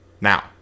now